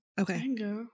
Okay